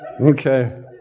Okay